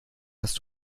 hast